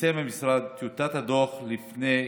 פרסם המשרד את טיוטת הדוח לפני כחודש.